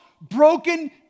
broken